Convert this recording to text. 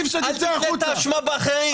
אל תתלה את האשמה באחרים.